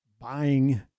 buying